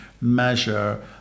measure